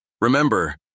Remember